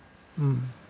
uh